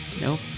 Nope